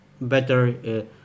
better